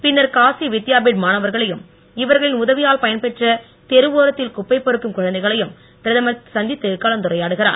பின்னர் காசி வித்யாபீட் மாணவர்களையும் இவர்களின் உதவியால் பயன்பெற்ற தெருவோரத்தில் குப்பை பொறுக்கும் குழந்தைகளையும் பிரதமர் சந்தித்து கலந்துரையாடுகிறார்